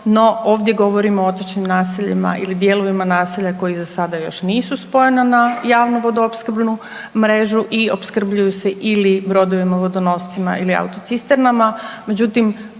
no ovdje govorimo o otočnim naseljima ili dijelovima naselja koji za sada još nisu spojena na javnu vodoopskrbnu mrežu i opskrbljuju se ili brodovima vodonoscima ili autocisternama.